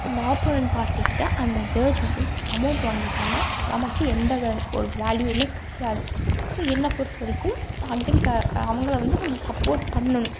அந்த ஆப்போனன்ட் பார்ட்டிகிட்ட அந்த ஜட்ஜ் வந்து அமௌண்ட் வாங்கிட்டாருன்னா நமக்கு எந்த வே ஒரு வேல்யுமே கிடையாது ஸோ என்ன பொறுத்த வரைக்கும் அக்ரி க அவங்கள வந்து நம்ம சப்போர்ட் பண்ணனும்